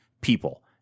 people